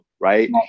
right